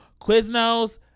Quiznos